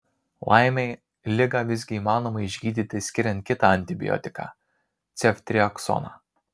laimei ligą visgi įmanoma išgydyti skiriant kitą antibiotiką ceftriaksoną